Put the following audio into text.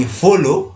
follow